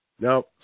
Now